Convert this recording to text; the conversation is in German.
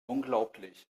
unglaublich